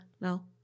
no